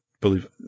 believe